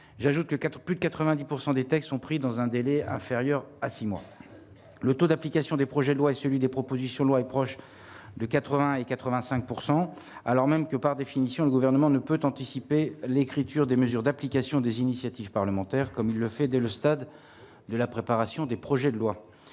j'ajoute que quatre plus de 90 pourcent des textes sont pris dans un délai inférieur à 6 mois, le taux d'application des projets de loi, celui des propositions de loi et proche de 80 et 85 pourcent, alors même que, par définition, le gouvernement ne peut anticiper l'écriture des mesures d'application des initiatives parlementaires, comme il le fait de le stade de la préparation des projets de loi,